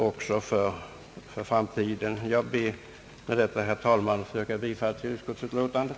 Jag ber med dessa ord, herr talman, att få yrka bifall till utskottets hemställan.